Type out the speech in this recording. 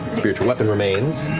spiritual weapon remains